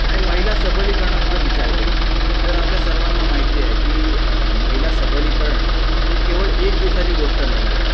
आणि महिला सबलीकरणाचा जर विचार केला तर आपल्या सर्वांना माहिती आहे की महिला सबलीकरण ही केवळ एक दिवसाची गोष्ट नाही आहे